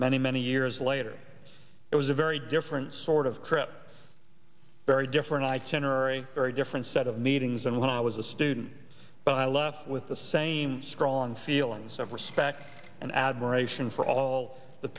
many many years later it was a very different sort of trip very different i ten or a very different set of meetings and when i was a student but i left with the same strong feelings of respect and admiration and for all the